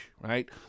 right